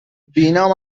بینام